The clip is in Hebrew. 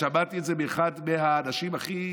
שמעתי את זה מאחד האנשים הכי